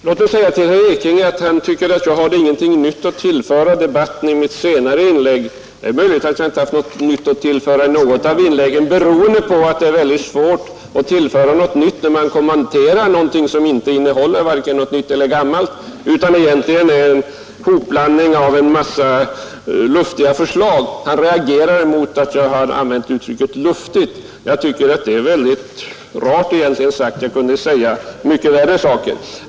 Herr talman! Herr Ekinge tyckte inte att jag tillförde debatten något nytt i mitt senaste inlägg, och det är möjligt att jag inte har haft något nytt att tillföra debatten i något av inläggen. Det kan i så fall bero på att det är väldigt svårt att tillföra något nytt, när man kommenterar någonting som inte innehåller vare sig gammalt eller nytt utan egentligen bara en hopblandning av en mängd luftiga förslag. Herr Ekinge reagerade också mot att jag använde uttrycket luftig, men jag tycker att det egentligen är väldigt rart sagt; jag skulle kunna ha sagt mycket värre saker.